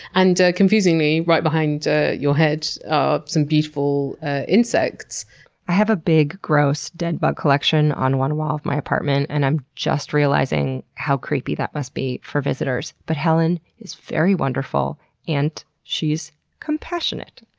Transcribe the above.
and confusingly, right behind your head are ah some beautiful insects. i have a big, gross dead bug collection on one wall of my apartment and i'm just realizing how creepy that must be for visitors. but helen is very wonderful and she's compassionate.